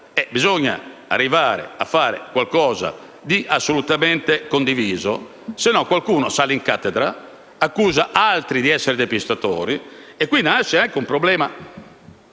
bisogna arrivare a fare qualcosa di assolutamente condiviso, altrimenti qualcuno sale in cattedra, accusa altri di essere depistatori e qui nasce anche un problema